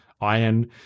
iron